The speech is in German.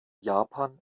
japan